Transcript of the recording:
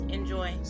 Enjoy